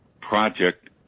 Project